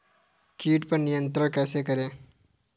कीट पर नियंत्रण कैसे करें?